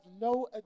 no